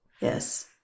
Yes